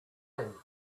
him